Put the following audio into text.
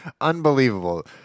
Unbelievable